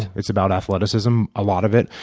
it's about athleticism, a lot of it.